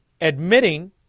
admitting